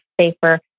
safer